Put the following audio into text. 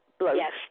Yes